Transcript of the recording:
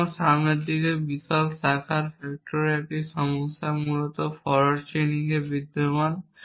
সুতরাং সামনের দিকের বিশাল শাখার ফ্যাক্টরের একই সমস্যা মূলত ফরোয়ার্ড চেইনিংয়ে বিদ্যমান